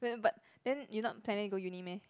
but then you not panic go uni meh